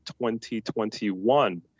2021